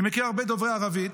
אני מכיר הרבה דוברי ערבית,